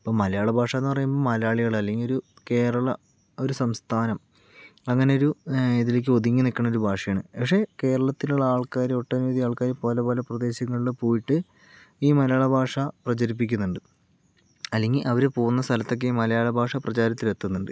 ഇപ്പം മലയാള ഭാഷാന്ന് പറയുമ്പോൾ മലയാളികള് അല്ലെങ്കി ഒരു കേരള ഒരു സംസ്ഥാനം അങ്ങനെ ഒരു ഇതിലേക്ക് ഒതുങ്ങി നിൽക്കുന്ന ഒരു ഭാഷയാണ് പക്ഷെ കേരളത്തിലുള്ള ആൾക്കാരും ഒട്ടനവധി ആൾക്കാരും പല പല പ്രദേശങ്ങളില് പോയിട്ട് ഈ മലയാളഭാഷ പ്രചരിപ്പിക്കുന്നൊണ്ട് അല്ലെങ്കിൽ അവര് പോകുന്ന സ്ഥലത്തൊക്കെ ഈ മലയാള ഭാഷ പ്രചാരത്തിലെത്തുന്നുണ്ട്